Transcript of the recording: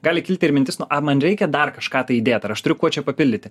gali kilti ir mintis na ar man reikia dar kažką tai įdėt ar aš turiu kuo čia papildyti